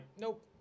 nope